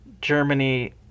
Germany